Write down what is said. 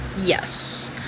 Yes